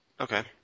Okay